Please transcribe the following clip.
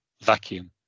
vacuum